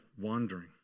wandering